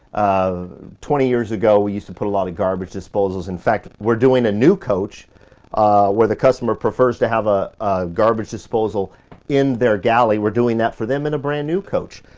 twenty years ago we used to put a lot of garbage disposals. in fact, we're doing a new coach where the customer prefers to have a garbage disposal in their galley. we're doing that for them in a brand new coach.